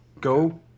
Go